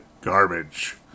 garbage